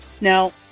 now